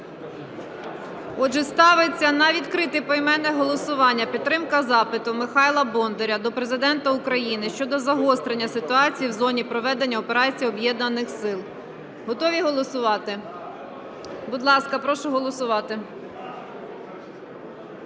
Отже, ставиться на відкрите поіменне голосування підтримка запиту Михайла Бондаря до Президента України щодо загострення ситуації в зоні проведення операції Об’єднаних сил. Готові голосувати? Будь ласка, прошу голосувати.